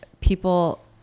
people